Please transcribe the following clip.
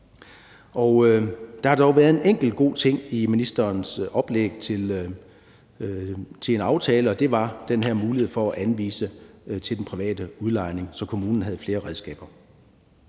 Der har dog været en enkelt god ting i ministerens oplæg til en aftale, og det var den her mulighed for at anvise til den private udlejning, så kommunen havde flere redskaber.